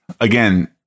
again